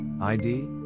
ID